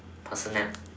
personal